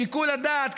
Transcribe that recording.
שיקול הדעת,